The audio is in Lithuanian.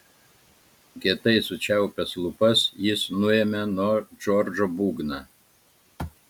kietai sučiaupęs lūpas jis nuėmė nuo džordžo būgną